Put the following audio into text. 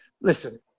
listen